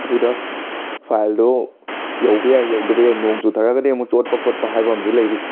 ꯑꯗꯨꯗ ꯐꯥꯏꯜꯗꯣ ꯌꯧꯕ ꯌꯥꯏ ꯌꯧꯗꯕ ꯌꯥꯏ ꯅꯣꯡ ꯆꯨꯊꯔꯒꯗꯤ ꯑꯃꯨꯛ ꯆꯣꯠꯄ ꯈꯣꯠꯄ ꯍꯥꯏꯕ ꯑꯝꯁꯨ ꯂꯩꯔꯤ